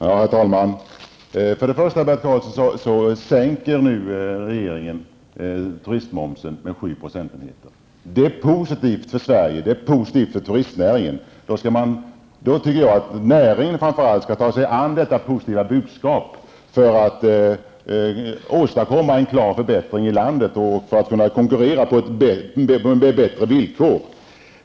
Herr talman! Bert Karlsson, först och främst sänker regeringen nu turistmomsen med 7 procentenheter. Det är positivt för Sverige, och det är positivt för turistnäringen. Då tycker jag att framför allt näringen skall ta sig an detta positiva budskap för att åstadkomma en klar förbättring i landet och för att kunna konkurrera med bättre villkor.